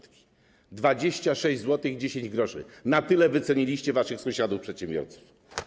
26,10 zł - na tyle wyceniliście waszych sąsiadów przedsiębiorców.